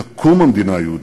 דת ומדינה,